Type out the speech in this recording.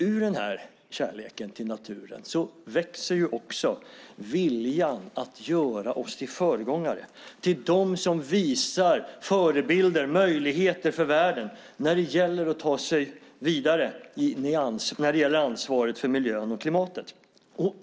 Ur den här kärleken till naturen växer också viljan att göra oss till föregångare, till dem som visar på förebilder och möjligheter för världen i att ta sig vidare när det gäller ansvaret för miljön och klimatet.